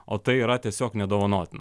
o tai yra tiesiog nedovanotina